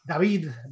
David